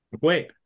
wait